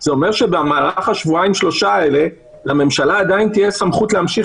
זה אומר שבמהלך השבועיים-שלושה האלה לממשלה עדיין תהיה סמכות להמשיך